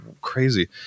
crazy